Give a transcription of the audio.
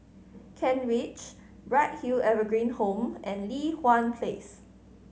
Kent Ridge Bright Hill Evergreen Home and Li Hwan Place